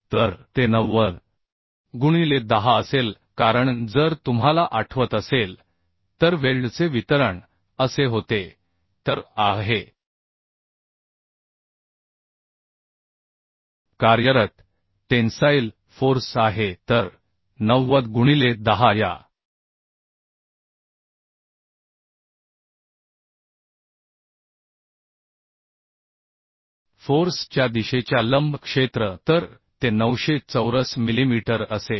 तर ते 90 गुणिले 10 असेल कारण जर तुम्हाला आठवत असेल तर वेल्डचे वितरण असे होते तर आह हे कार्यरत टेन्साईल फोर्स आहे तर 90 गुणिले 10 या फोर्स च्या दिशेच्या लंब क्षेत्र तर ते 900 चौरस मिलीमीटर असेल